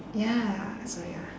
ya that's why ah